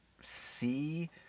see